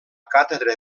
càtedra